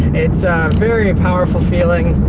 it's a very powerful feeling.